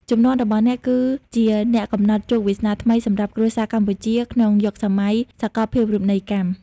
ជំនាន់របស់អ្នក គឺជាអ្នកកំណត់ជោគវាសនាថ្មីសម្រាប់គ្រួសារកម្ពុជាក្នុងយុគសម័យសកលភាវូបនីយកម្ម។